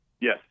Yes